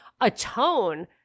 atone